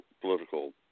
political